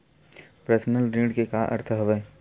Personal ऋण के का अर्थ हवय?